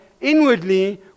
Inwardly